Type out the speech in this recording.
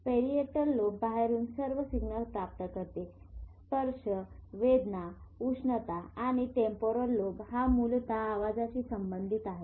parietal lobe बाहेरून सर्व signal प्राप्त करते स्पर्श वेदना उष्णता आणि टेम्पोरल लोब हा मूलतः आवाजाशी संबंधीत आहे